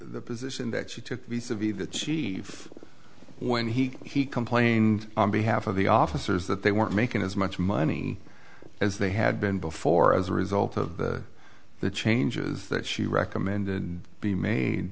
the position that she took piece of it chief when he complained on behalf of the officers that they weren't making as much money as they had been before as a result of the changes that she recommended be made